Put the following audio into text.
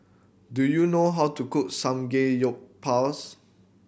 do you know how to cook Samgeyopsal